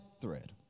thread